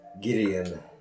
Gideon